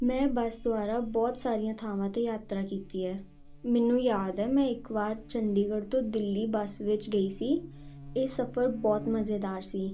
ਮੈਂ ਬੱਸ ਦੁਆਰਾ ਬਹੁਤ ਸਾਰੀਆਂ ਥਾਵਾਂ 'ਤੇ ਯਾਤਰਾ ਕੀਤੀ ਹੈ ਮੈਨੂੰ ਯਾਦ ਹੈ ਮੈਂ ਇੱਕ ਵਾਰ ਚੰਡੀਗੜ੍ਹ ਤੋਂ ਦਿੱਲੀ ਬੱਸ ਵਿੱਚ ਗਈ ਸੀ ਇਹ ਸਫਰ ਬਹੁਤ ਮਜ਼ੇਦਾਰ ਸੀ